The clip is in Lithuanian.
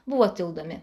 buvo tildomi